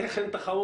איך אין תחרות?